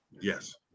Yes